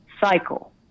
cycle